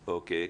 אוקיי.